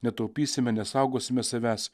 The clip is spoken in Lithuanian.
netaupysime nesaugosime savęs